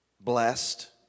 blessed